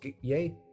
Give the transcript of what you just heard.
yay